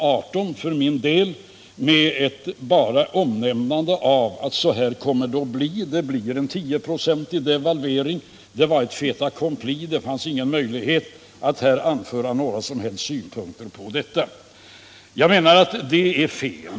18 för min del — med bara ett omnämnande av att så här kommer det att bli: Det blir en tioprocentig devalvering. Det var ett fait accompli. Det fanns ingen möjlighet att anföra några som helst synpunkter på detta. Jag menar att det är fel.